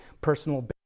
personal